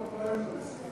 זה הולך לפגוע בך בפריימריז.